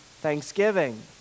thanksgiving